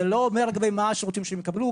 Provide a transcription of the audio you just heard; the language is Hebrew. זה לא אומר מה השירותים שהם יקבלו,